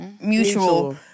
Mutual